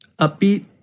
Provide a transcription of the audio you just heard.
upbeat